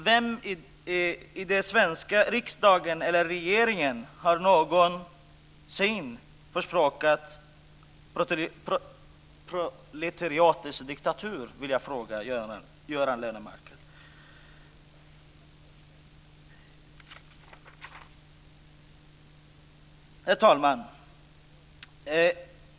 Vem i den svenska riksdagen eller regeringen har någonsin förespråkat proletariatets diktatur? Det vill jag fråga Göran Lennmarker. Herr talman!